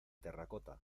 terracota